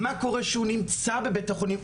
מה קורה שהוא נמצא בבית-החולים,